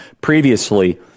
previously